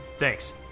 Thanks